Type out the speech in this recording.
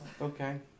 Okay